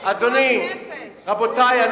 רבותי,